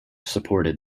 supported